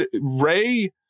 Ray